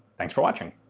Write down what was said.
thanks for watching.